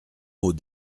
mot